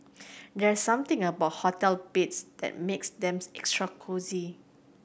there's something about hotel beds that makes them extra cosy